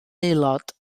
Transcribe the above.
aelod